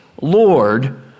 Lord